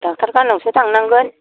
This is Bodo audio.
डाक्टार खानायावसो थांनांगोन